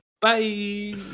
Bye